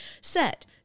set